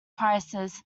prices